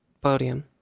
podium